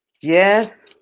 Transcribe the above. Yes